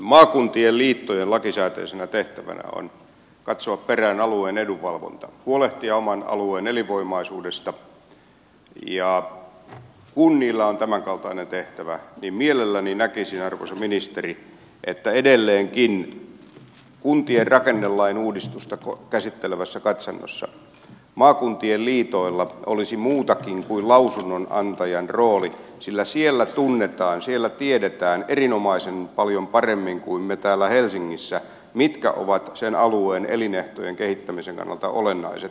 maakuntien liittojen lakisääteisenä tehtävänä on katsoa perään alueen edunvalvontaa huolehtia oman alueen elinvoimaisuudesta ja kun niillä on tämänkaltainen tehtävä niin mielelläni näkisin arvoisa ministeri että edelleenkin kuntien rakennelain uudistusta käsittelevässä katsannossa maakuntien liitoilla olisi muutakin kuin lausunnonantajan rooli sillä siellä tiedetään erinomaisen paljon paremmin kuin me täällä helsingissä mitkä ovat sen alueen elinehtojen kehittämisen kannalta olennaiset yhteistyöalueet